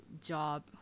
job